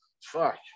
fuck